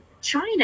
china